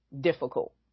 difficult